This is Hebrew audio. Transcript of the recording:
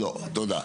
לא תודה.